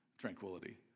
Tranquility